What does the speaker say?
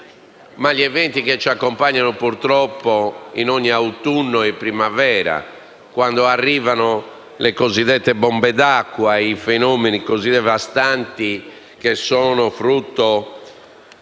gli eventi che ci accompagnano, purtroppo, in ogni autunno e primavera, quando arrivano le cosiddette bombe d’acqua, fenomeni così devastanti che sono frutto